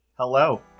Hello